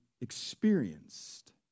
experienced